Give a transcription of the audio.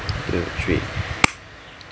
two three